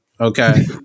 Okay